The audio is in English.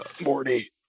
Morty